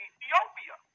Ethiopia